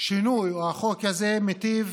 השינוי או החוק הזה מיטיב